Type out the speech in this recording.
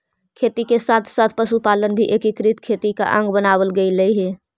खेती के साथ साथ पशुपालन भी एकीकृत खेती का अंग बनवाल गेलइ हे